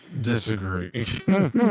disagree